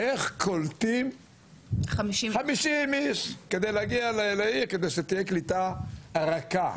איך קולטים 50 איש כדי להגיע לעיר כדי שתהיה קליטה רכה.